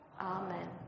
Amen